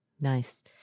Nice